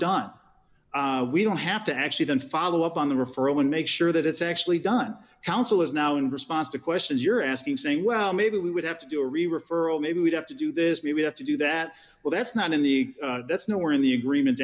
done we don't have to actually then follow up on the referral and make sure that it's actually done counsel is now in response to questions you're asking saying well maybe we would have to do a real referral maybe we'd have to do this maybe have to do that well that's not in the that's nowhere in the agreement